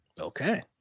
Okay